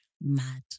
Mad